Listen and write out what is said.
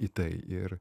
į tai ir